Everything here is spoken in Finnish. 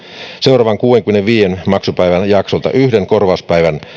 seuraavan kuudenkymmenenviiden maksupäivän jaksolta yhden korvauspäivän